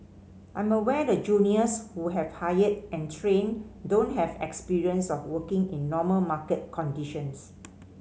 I'm aware the juniors who we have hired and trained don't have experience of working in normal market conditions